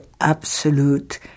absolute